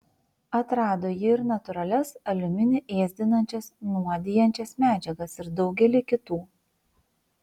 atrado ji ir natūralias aliuminį ėsdinančias nuodijančias medžiagas ir daugelį kitų